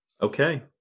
Okay